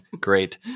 Great